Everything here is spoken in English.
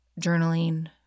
journaling